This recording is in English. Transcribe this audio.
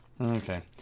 okay